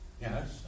Yes